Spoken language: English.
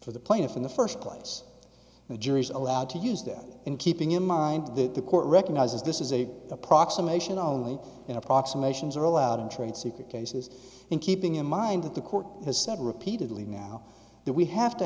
for the plaintiff in the first place the jury's allowed to use them in keeping in mind that the court recognizes this is a approximation only and approximations are allowed in trade secret cases and keeping in mind that the court has said repeatedly now that we have to